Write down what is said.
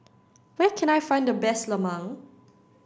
where can I find the best Lemang